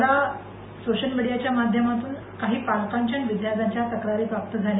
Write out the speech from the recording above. मला सोशल मीडियाच्या माध्यमातून काही पालकांच्या विद्यार्थ्यांच्या तक्रारी प्राप्त झाल्या